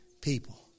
people